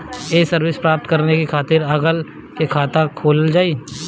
ये सर्विस प्राप्त करे के खातिर अलग से खाता खोलल जाइ?